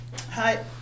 Hi